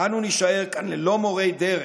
אנו נישאר כאן ללא מורי דרך,